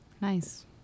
Nice